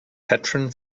patron